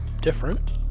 different